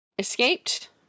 escaped